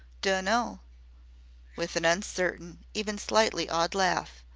dunno, with an uncertain, even slightly awed laugh.